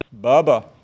Bubba